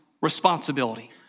responsibility